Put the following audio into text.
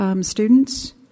students